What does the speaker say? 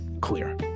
clear